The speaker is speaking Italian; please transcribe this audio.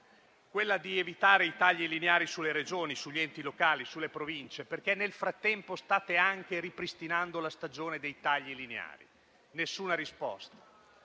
quella di evitare i tagli lineari sulle Regioni, sugli enti locali e sulle Province, perché nel frattempo state ripristinando anche la stagione dei tagli lineari: nessuna risposta.